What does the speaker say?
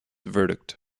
verdict